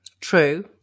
True